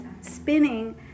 spinning